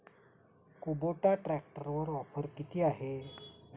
Kubota ट्रॅक्टरवर offer किती आहे?